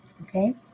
Okay